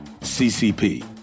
ccp